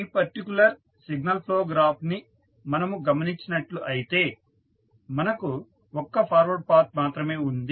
ఈ particular signal flow graph ని మనము గమనించినట్లు అయితే మనకు ఒక్క ఫార్వర్డ్ పాత్ మాత్రమే ఉంది